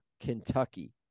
Kentucky